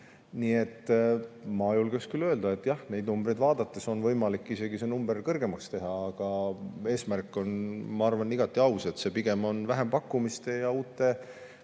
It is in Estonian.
Nii et ma julgeks küll öelda, et jah, neid numbreid vaadates on võimalik isegi see number suuremaks teha, aga eesmärk on igati aus. See pigem on vähempakkumiste ja uute